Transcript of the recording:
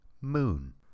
moon